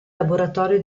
laboratorio